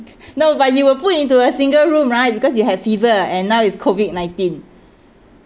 no but you were put into a single room right because you have fever and now it's COVID nineteen